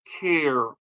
Care